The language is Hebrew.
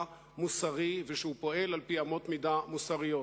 מוסרי ושהוא פועל על-פי אמות מידה מוסריות.